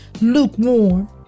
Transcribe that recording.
lukewarm